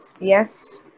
Yes